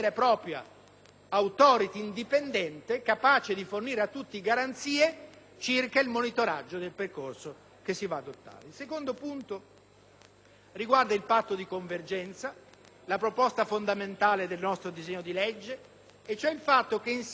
Il secondo punto riguarda il patto di convergenza, la proposta fondamentale del nostro disegno di legge. Insieme al